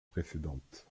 précédente